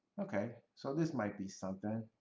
okay, so this might be something.